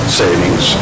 savings